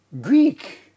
Greek